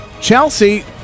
Chelsea